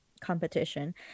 competition